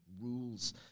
rules